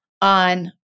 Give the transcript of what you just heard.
on